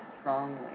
strongly